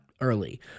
early